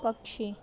पक्षी